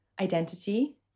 identity